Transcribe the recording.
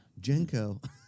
Jenko